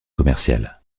commercial